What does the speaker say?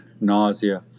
nausea